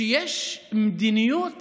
יש מדיניות